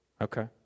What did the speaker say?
Okay